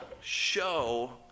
show